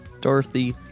Dorothy